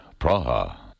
Praha